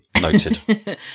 Noted